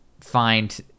find